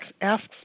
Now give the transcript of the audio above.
asks